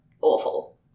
awful